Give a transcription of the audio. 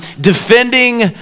defending